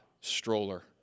stroller